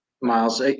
Miles